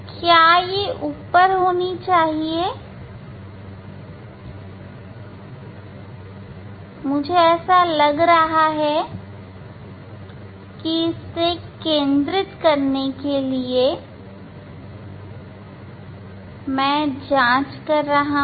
क्या ऊपर होनी चाहिए किंतु ऐसा लगता है कि मैं केंद्रित करने के लिए धूल प्राप्त करने के लिए जांच कर रहा हूं